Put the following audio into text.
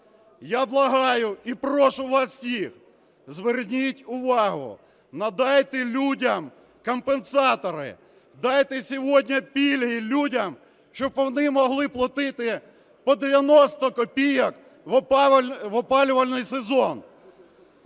Я благаю і прошу вас всіх, зверніть увагу, надайте людям компенсатори, дайте сьогодні пільги людям, щоб вони могли платити по 90 копійок в опалювальний сезон.